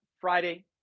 Friday